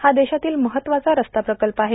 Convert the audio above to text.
हा देशातील महत्वाचा रस्ता प्रकल्प आहे